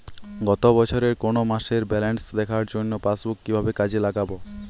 গত বছরের কোনো মাসের ব্যালেন্স দেখার জন্য পাসবুক কীভাবে কাজে লাগাব?